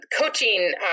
coaching